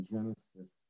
Genesis